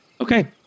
Okay